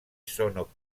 sono